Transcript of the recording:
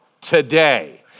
today